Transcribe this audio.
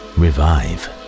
revive